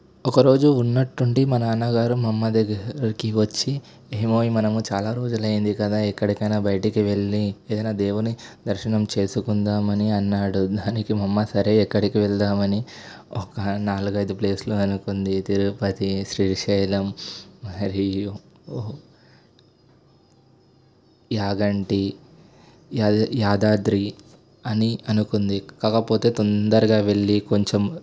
ఒకరోజు ఉన్నట్టుండి మా నాన్నగారు మా అమ్మ దగ్గరికి వచ్చి ఏమోయ్ మనము చాలా రోజులైంది కదా ఎక్కడికైనా బయటికి వెళ్ళి ఏదైనా దేవుని దర్శనం చేసుకుందాము అని అన్నాడు దానికి మా అమ్మ సరే ఎక్కడికి వెళదామని ఒక నాలుగైదు ప్లేసులు అనుకుంది తిరుపతి శ్రీశైలం మరియు యాగంటి యా యాదాద్రి అని అనుకుంది కాకపోతే తొందరగా వెళ్ళి కొంచెం